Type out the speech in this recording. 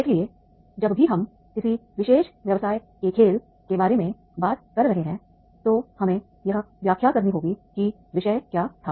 इसलिए जब भी हम किसी विशेष व्यवसाय के खेल के बारे में बात कर रहे हैं तो हमें यह व्याख्या करनी होगी कि विषय क्या था